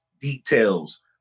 details